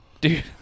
dude